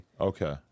Okay